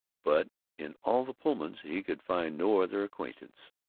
but in all the pullmans he could find no other acquaintance,